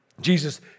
Jesus